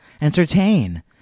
entertain